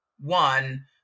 one